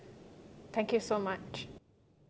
thank you so much